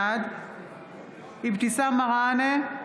בעד אבתיסאם מראענה,